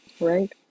right